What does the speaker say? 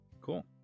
Cool